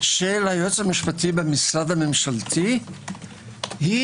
של היועץ המשפטי במשרד הממשלתי היא